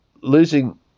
losing